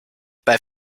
bei